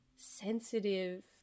sensitive